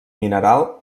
mineral